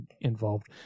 involved